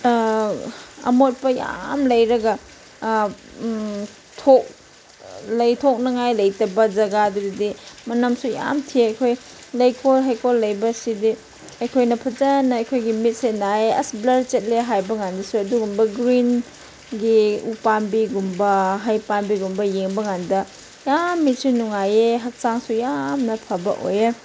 ꯑꯃꯣꯠꯄ ꯌꯥꯝ ꯂꯩꯔꯒ ꯂꯩꯊꯣꯛꯅꯤꯡꯉꯥꯏ ꯂꯩꯇꯕ ꯖꯒꯥꯗꯗꯤ ꯃꯅꯝꯁꯨ ꯌꯥꯝ ꯅꯝꯊꯤ ꯑꯩꯈꯣꯏ ꯂꯩꯀꯣꯜ ꯍꯩꯀꯣꯜ ꯂꯩꯕꯁꯤꯗꯤ ꯑꯩꯈꯣꯏꯅ ꯐꯖꯅ ꯑꯩꯈꯣꯏꯒꯤ ꯃꯤꯠꯁꯦ ꯅꯥꯏꯌꯦ ꯑꯁ ꯕ꯭ꯂꯔ ꯆꯠꯂꯦ ꯍꯥꯏꯕꯀꯥꯟꯗꯁꯨ ꯑꯗꯨꯒꯨꯝꯕ ꯒ꯭ꯔꯤꯟꯒꯤ ꯎ ꯄꯥꯝꯕꯤꯒꯨꯝꯕ ꯍꯩ ꯄꯥꯝꯕꯤꯒꯨꯝꯕ ꯌꯦꯡꯕꯀꯥꯟꯗ ꯌꯥꯝ ꯃꯤꯠꯁꯨ ꯅꯨꯡꯉꯥꯏꯌꯦ ꯍꯛꯆꯥꯡꯁꯨ ꯌꯥꯝꯅ ꯐꯕ ꯑꯣꯏꯌꯦ